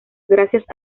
gracias